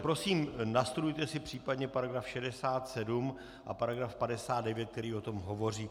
Prosím, nastudujte si případně § 67 a § 59, který o tom hovoří.